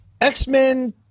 X-Men